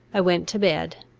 i went to bed.